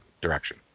direction